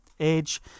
age